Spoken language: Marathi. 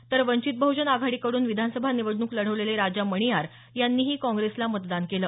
तर वंचित बह्जन आघाडी कड्रन विधानसभा निवडणूक लढवलेले राजा मणियार यांनीही कॉग्रेसला मतदान केलं